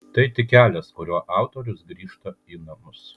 tai tik kelias kuriuo autorius grįžta į namus